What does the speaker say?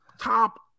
Top